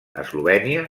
eslovènia